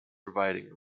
providing